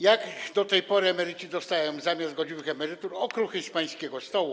Jak do tej pory emeryci dostają, zamiast godziwych emerytur, okruchy z pańskiego stołu.